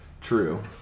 True